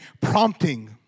prompting